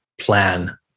plan